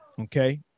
okay